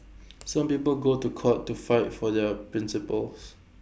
some people go to court to fight for their principles